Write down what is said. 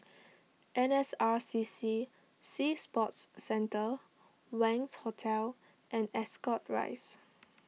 N S R C C Sea Sports Centre Wangz Hotel and Ascot Rise